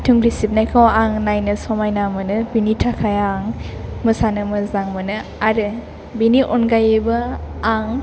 थुंग्रि सिबनायखौ आं नायनो समायना मोनो बिनि थाखाय आं मोसानो मोजां मोनो आरो बिनि अनगायैबो आं